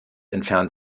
entfernt